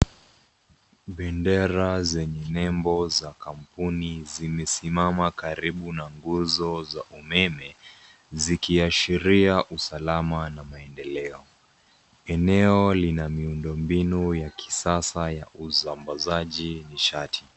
Bendera zenye nembo za kampuni zimesimama karibu na nguzo za umeme, zikiashiria usalama na maendeleo. Eneo lina miundombinu ya kisasa ya usambazaji nishati.